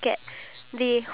iya